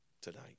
tonight